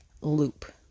loop